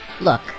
Look